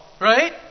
right